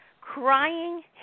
crying